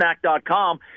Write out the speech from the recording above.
snack.com